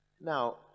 now